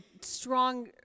strong